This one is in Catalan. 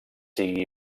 sigui